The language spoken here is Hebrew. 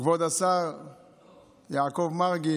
כבוד השר יעקב מרגי,